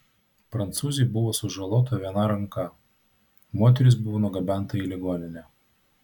prancūzei buvo sužalota viena ranka moteris buvo nugabenta į ligoninę